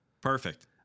Perfect